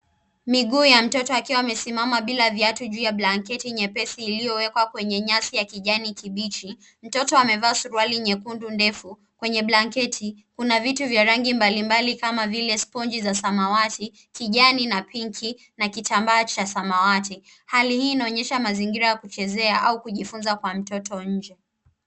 Miguu ya mtoto akiwa amesimama bila viatu juu ya blanketi nyepesi iliyowekwa kwenye nyasi ya kijani kibichi. Mtoto amevaa suruali nyekundu ndefu. Kwenye blanketi, kuna vitu vya rangi mbalimbali kama vile sponji za samawati, kijani na pinki na kitambaa cha samawati. Hali hii inaonyesha mazingira ya kuchezea au kujifunzia kwa mtoto nje.